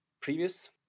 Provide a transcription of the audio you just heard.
previous